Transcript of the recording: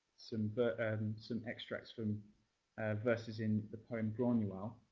some but some extracts from verses in the poem granuaile.